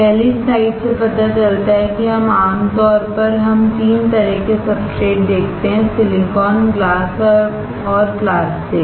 पहली स्लाइड से पता चलता है कि आम तौर पर हम 3 तरह के सबस्ट्रेट्स देखते हैं सिलिकॉन ग्लास और प्लास्टिक